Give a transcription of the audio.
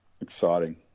Exciting